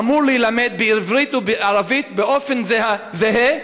המקצוע אמור להילמד בעברית ובערבית באופן זהה,